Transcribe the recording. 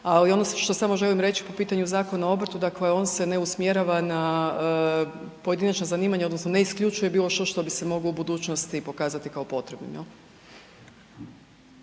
ali ono što samo želim reći po pitanju Zakona o obrtu, dakle on se ne usmjerava na pojedinačna zanimanja, odnosno ne isključuje bilo što što bi se moglo u budućnosti pokazati kao potrebno.